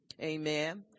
Amen